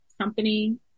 company